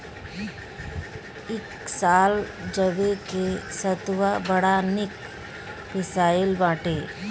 इ साल जवे के सतुआ बड़ा निक पिसाइल बाटे